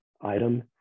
item